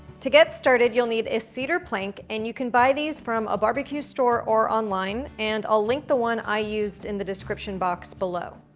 to get started you'll need a cedar plank and you can buy these from a barbecue store or online, and i'll link the one i used in the description box below.